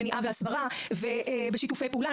במניעה והסברה ובשיתופי פעולה.